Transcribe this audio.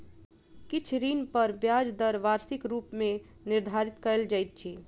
किछ ऋण पर ब्याज दर वार्षिक रूप मे निर्धारित कयल जाइत अछि